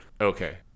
Okay